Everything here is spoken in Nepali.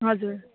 हजुर